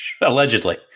allegedly